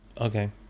Okay